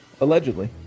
allegedly